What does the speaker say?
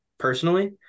personally